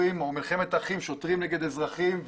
במלחמת אחים שוטרים נגד אזרחים,